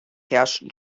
herrschten